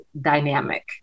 dynamic